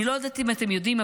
אני לא יודעת אם אתם יודעים,